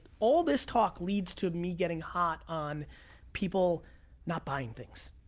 all this talk leads to me getting hot on people not buying things.